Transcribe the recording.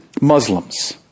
Muslims